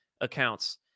accounts